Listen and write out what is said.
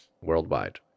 worldwide